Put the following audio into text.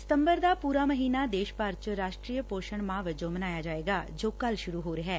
ਸਤੰਬਰ ਦਾ ਪੁਰਾ ਮਹੀਨਾ ਦੇਸ਼ ਭਰ ਚ ਰਾਸ਼ਟਰੀ ਪੋਸ਼ਣ ਮਾਹ ਵਜੋਂ ਮਨਾਇਆ ਜਾਏਗਾ ਜੋ ਕੱਲੂ ਸੁਰੁ ਹੋ ਰਿਹੈ